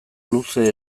luze